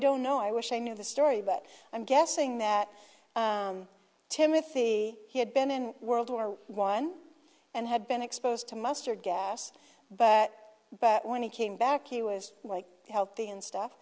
don't know i wish i knew the story but i'm guessing that timothy he had been in world war one and had been exposed to mustard gas but but when he came back he was healthy and stuff